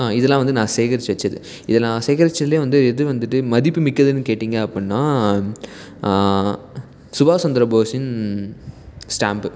இதெல்லாம் வந்து நான் சேகரித்து வைச்சது இதில் நான் சேகரிச்சதுலேயே வந்து எது வந்துட்டு மதிப்புமிக்கதுனு கேட்டிங்க அப்புடினா சுபாஷ்சந்திரபோஸின் ஸ்டாம்ப்பு